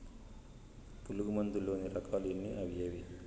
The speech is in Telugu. పులుగు మందు లోని రకాల ఎన్ని అవి ఏవి?